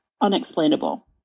unexplainable